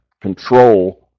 control